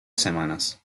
semanas